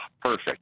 perfect